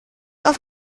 auf